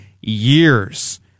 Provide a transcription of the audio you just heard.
years